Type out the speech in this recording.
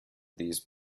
these